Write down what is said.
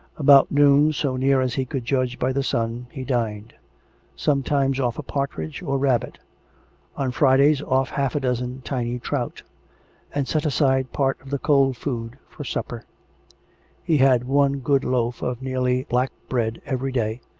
about noon, so near as he could j udge by the sun, he dined some times off a partridge or rabbit on fridays off half a dozen tiny trout and set aside part of the cold food for supper he had one good loaf of nearly black bread every day,